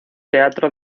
teatro